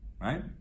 right